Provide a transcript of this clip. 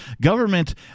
government